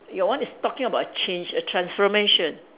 your one is talking about a change a transformation